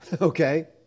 okay